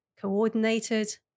coordinated